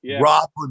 Rob